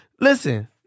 Listen